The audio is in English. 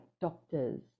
doctors